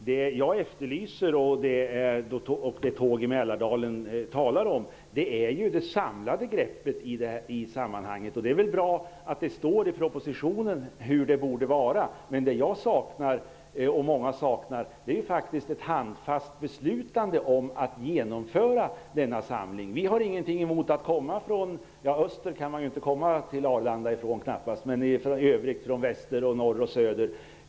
Herr talman! Jag efterlyser det samlade greppet i sammanhanget. Det är bra att det står i propositionen hur det borde vara. Men vad jag och många andra saknar är ett handfast beslutande om att genomföra det hela. Vi har ingenting emot att komma från väster, norr och söder.